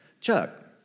Chuck